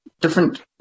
Different